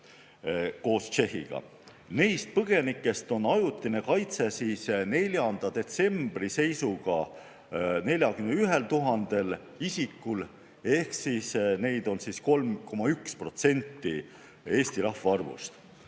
koos Tšehhiga. Neist põgenikest on ajutine kaitse 4. detsembri seisuga 41 000 isikul ehk neid on 3,1% Eesti rahvaarvust.